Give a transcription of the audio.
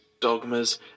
dogmas